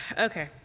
okay